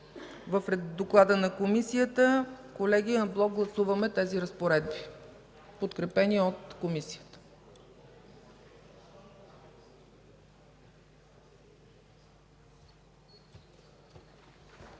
9 в доклада на Комисията. Колеги, анблок гласуваме тези разпоредби, подкрепени от Комисията.